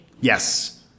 Yes